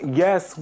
yes